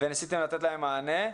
וניסיתם לתת להם מענה.